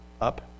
up